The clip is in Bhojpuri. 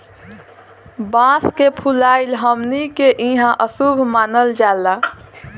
बांस के फुलाइल हमनी के इहां अशुभ मानल जाला